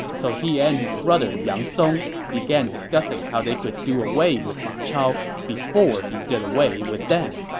so he and his brother yang song began discussing how they could do away with ma chao before he did away with them